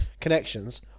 connections